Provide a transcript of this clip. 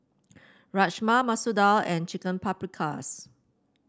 Rajma Masoor Dal and Chicken Paprikas